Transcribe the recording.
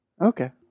okay